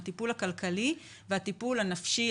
הטיפול הכלכלי והטיפול הנפשי,